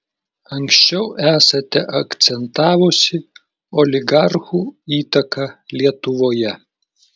anksčiau esate akcentavusi oligarchų įtaką lietuvoje